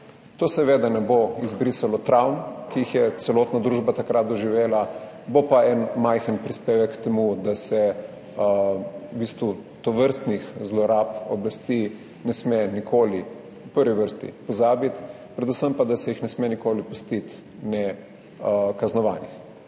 To seveda ne bo izbrisalo travm, ki jih je celotna družba takrat doživela, bo pa en majhen prispevek k temu, da se v bistvu tovrstnih zlorab oblasti ne sme v prvi vrsti nikoli pozabiti, predvsem pa da se jih ne sme nikoli pustiti nekaznovanih.